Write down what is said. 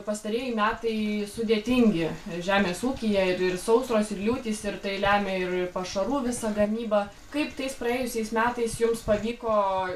pastarieji metai sudėtingi žemės ūkyje ir ir sausros ir liūtys ir tai lemia ir ir pašarų visą gamybą kaip tais praėjusiais metais jums pavyko